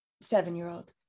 seven-year-old